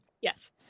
Yes